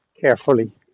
carefully